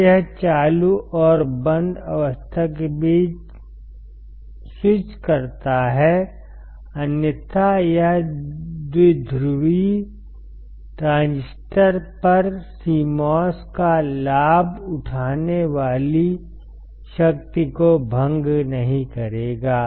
जब यह चालू और बंद अवस्था के बीच स्विच करता है अन्यथा यह द्विध्रुवी ट्रांजिस्टर पर CMOS का लाभ उठाने वाली शक्ति को भंग नहीं करेगा